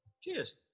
Cheers